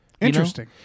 Interesting